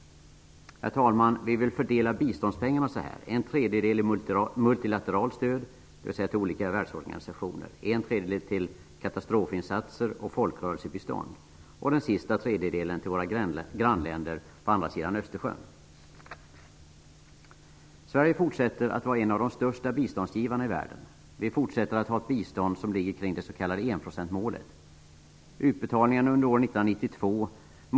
Herr talman! Vi vill fördela biståndspengarna på följande sätt: En tredjedel skall vara multilateralt stöd, dvs. gå till olika världsorganisationer. En tredjedel skall gå till katastrofinsatser och folkrörelsebistånd, och en tredjedel skall gå till våra grannländer på andra sidan Östersjön. Sverige fortsätter att vara en av de största biståndsgivarna i världen. Vi fortsätter att ha ett bistånd som ligger kring det s.k. enprocentsmålet. 1 % av BNI.